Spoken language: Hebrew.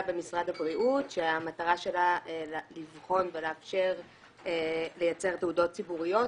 במשרד הבריאות שהמטרה שלה לבחון ולאפשר לייצר תעודות ציבוריות